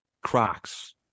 Crocs